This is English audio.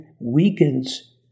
weakens